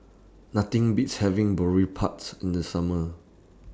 Nothing Beats having Boribap's in The Summer